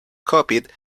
copied